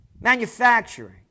manufacturing